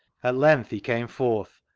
at length he came forth,